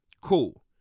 Cool